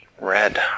red